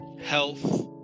health